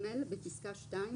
בפסקה (2),